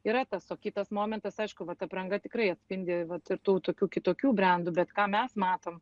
yra tas o kitas momentas aišku vat apranga tikrai atspindi vat ir tų tokių kitokių brendų bet ką mes matom